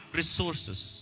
resources